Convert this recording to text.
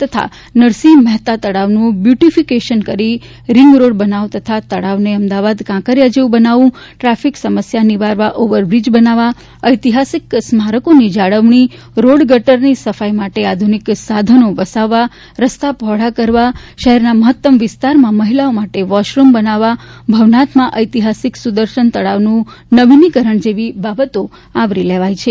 તથા નરસિંહ મહેતા તળાવનું બ્યુટીફીકેશન કરી રીંગરોડ બનાવવો તથા તળાવને અમદાવાદ કાંકરીયા જેવું બનાવવું ટ્રાફીક સમસ્યા નિવારવા ઓવરબ્રિજ બનાવવા ઐતિહાસિક સ્મારકોની જાળવણી રોડ ગટરની સફાઈ માટે આધુનિક સાધનો વસાવવા રસ્તા પહોળા કરવા શહેરના મહત્તમ વિસ્તારમાં મહિલાઓ માટે વોશરૂમ બનાવવા ભવનાથમાં ઐતિહાસિક સુદર્શન તળાવનું નવિનીકરણ જેવી બાબતો આવરી લીધી છે